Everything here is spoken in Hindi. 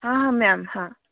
हाँ हाँ मैम हाँ